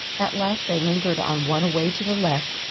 at last they lingered on one away to the left,